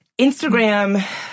Instagram